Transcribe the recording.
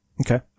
Okay